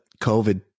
COVID